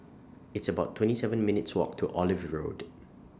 It's about twenty seven minutes' Walk to Olive Road